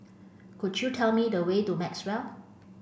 could you tell me the way to Maxwell